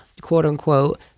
quote-unquote